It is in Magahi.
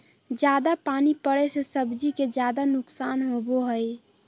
जयादा पानी पड़े से सब्जी के ज्यादा नुकसान होबो हइ